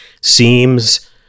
seems